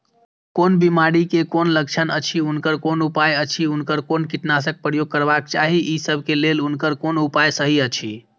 कोन बिमारी के कोन लक्षण अछि उनकर कोन उपाय अछि उनकर कोन कीटनाशक प्रयोग करबाक चाही ई सब के लेल उनकर कोन उपाय सहि अछि?